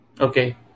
Okay